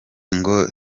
ngo